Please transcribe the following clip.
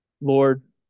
lord